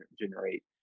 generate